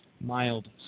mild